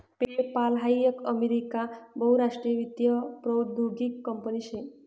PayPal हाई एक America बहुराष्ट्रीय वित्तीय प्रौद्योगीक कंपनी शे